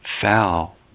foul